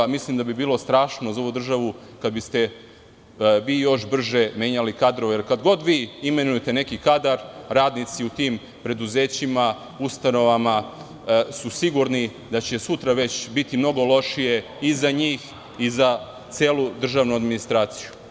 Mislim da bi bilo strašno za ovu državu kada biste vi još brže menjali kadrove, jer kad god vi imenujete neki kadar, radnici u tim preduzećima, ustanovama su sigurni da će sutra već biti mnogo lošije i za njih i za celu državnu administraciju.